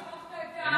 שכחת את הקשישים.